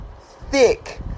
thick